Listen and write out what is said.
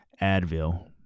Advil